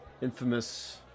infamous